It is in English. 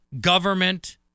government